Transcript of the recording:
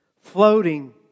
Floating